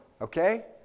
Okay